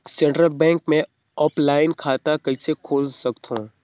Central bank मे offline खाता कइसे खोल सकथव?